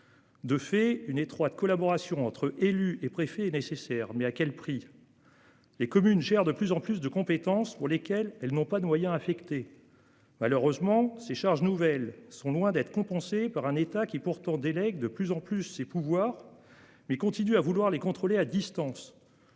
De fait, une étroite collaboration entre élus et préfet nécessaire mais à quel prix. Les communes gèrent de plus en plus de compétences pour lesquelles elles n'ont pas de moyens affectés. Malheureusement ces charges nouvelles sont loin d'être compensée par un État qui pourtant délègue de plus en plus ses pouvoirs. Mais continue à vouloir les contrôler à distance.